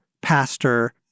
pastor